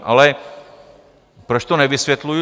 Ale proč to nevysvětluju?